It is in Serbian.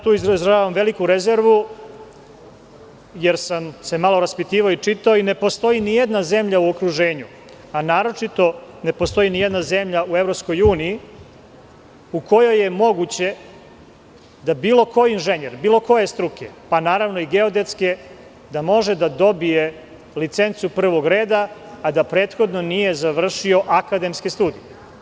Tu izražavam veliku rezervu, jer sam se malo raspitivao i čitao i ne postoji nijedna zemlja u okruženju, a naročito ne postoji nijedna zemlja u EU u kojoj je moguće da bilo koji inženjer bilo koje struke, pa naravno i geodetske, može da dobije licencu prvog reda, a da prethodno nije završio akademske studije.